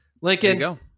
Lincoln